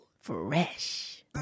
Fresh